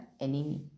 enemy